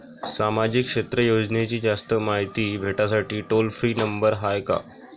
सामाजिक क्षेत्र योजनेची जास्त मायती भेटासाठी टोल फ्री नंबर हाय का?